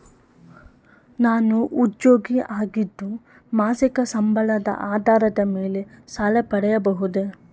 ನಾನು ಉದ್ಯೋಗಿ ಆಗಿದ್ದು ಮಾಸಿಕ ಸಂಬಳದ ಆಧಾರದ ಮೇಲೆ ಸಾಲ ಪಡೆಯಬಹುದೇ?